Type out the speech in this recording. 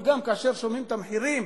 וגם כאשר שומעים את הסכומים, המחירים